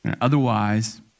Otherwise